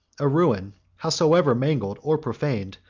a ruin, howsoever mangled or profaned,